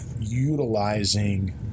utilizing